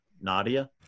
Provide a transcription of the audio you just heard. Nadia